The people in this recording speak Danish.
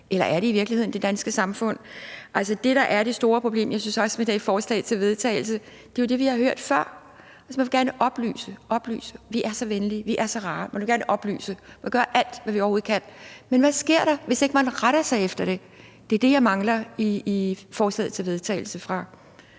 eller er det i virkeligheden det danske samfund? Altså det, der er det store problem – jeg synes også med det forslag til vedtagelse – er jo det, vi har hørt før, nemlig at man gerne vil oplyse, oplyse. Vi er så venlige, vi er så rare. Vi vil gerne oplyse; vi vil gøre alt, hvad vi overhovedet kan. Men hvad sker der, hvis ikke man retter sig efter det? Det er det, jeg mangler svar på i forslaget til vedtagelse fra